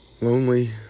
lonely